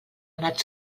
anat